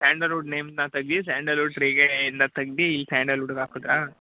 Sandalwood ನೇಮನ್ನ ತೆಗ್ದು sandalwood ಟ್ರೀಗೆ ಇಂದ ತೆಗ್ದು ಇಲ್ಲಿ ಸ್ಯಾಂಡಲ್ವುಡ್ಗೆ ಹಾಕುದ್ರಾ